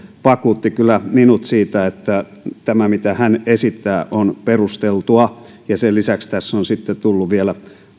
vakuutti kyllä minut siitä että tämä mitä hän esittää on perusteltua sen lisäksi tässä on sitten tullut vielä